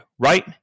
Right